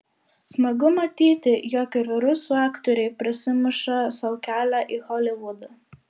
smagu matyti jog ir rusų aktoriai prasimuša sau kelią į holivudą